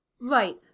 Right